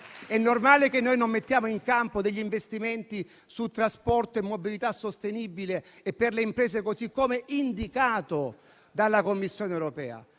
È normale che non mettiamo in campo investimenti su trasporto e mobilità sostenibile e per le imprese, così come indicato dalla Commissione europea?